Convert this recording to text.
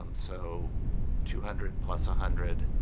um so two hundred plus a hundred